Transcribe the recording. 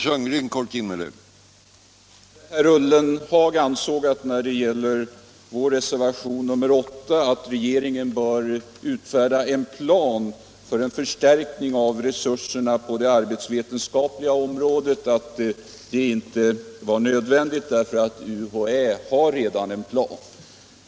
Herr talman! Herr Ullenhag ansåg att förslaget i vår reservation 8, att regeringen bör utarbeta en plan för förstärkning av resurserna på det arbetsvetenskapliga området, inte var nödvändigt, eftersom UHÄ redan har en plan.